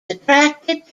attracted